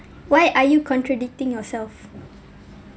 why are you contradicting yourself